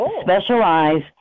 specialize